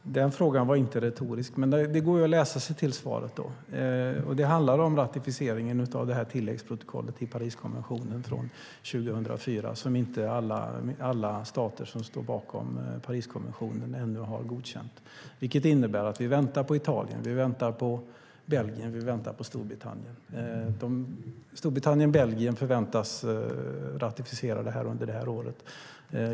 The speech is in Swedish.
Herr talman! Den frågan var inte retorisk. Det går att läsa sig till svaret. Det handlar om ratificeringen av tilläggsprotokollet till Pariskonventionen från 2004 som inte alla stater som står bakom Pariskonventionen ännu har godkänt. Det innebär att vi väntar på Italien, Belgien och Storbritannien. Belgien och Storbritannien förväntas ratificera det under detta år.